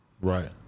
Right